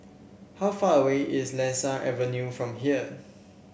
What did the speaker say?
how far away is Lasia Avenue from here